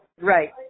Right